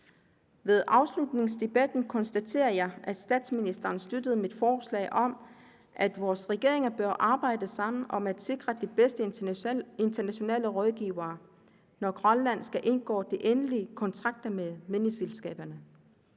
Ved afslutningsdebatten konstaterede jeg, at statsministeren støttede mit forslag om, at vores regeringer bør arbejde sammen om at sikre de bedste internationale rådgivere, når Grønland skal indgå de endelige kontrakter med mineselskaberne.